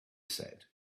said